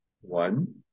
one